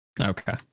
Okay